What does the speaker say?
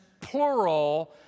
plural